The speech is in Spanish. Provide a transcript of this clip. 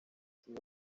sin